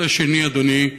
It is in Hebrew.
נושא שני, אדוני: